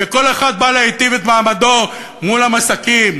שכל אחד בא להיטיב את מעמדו מול המסכים,